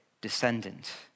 descendant